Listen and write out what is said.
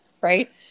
right